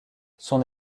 son